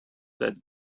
that